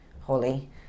Holly